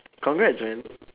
congrats man